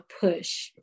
push